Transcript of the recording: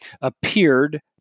appeared